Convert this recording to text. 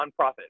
nonprofit